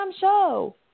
show